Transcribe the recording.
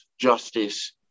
justice